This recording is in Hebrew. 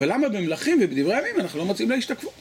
ולמה במלאכים ובדברי הימים אנחנו לא מוצאים לה השתקפות?